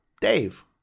Dave